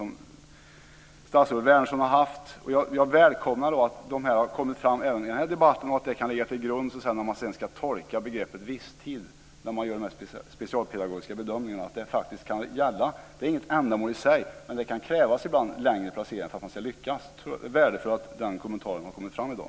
Men jag välkomnar att detta har kommit fram i den här debatten så att det vid specialpedagogiska bedömningar kan ligga till grund när man ska tolka begreppet "viss tid". Det är inget ändamål i sig, men ibland kan det krävas längre placeringar för att man ska lyckas. Det är värdefullt att den kommentaren har kommit fram i dag.